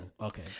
Okay